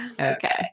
Okay